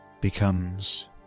becomes